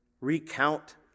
Recount